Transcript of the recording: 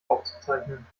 aufzuzeichnen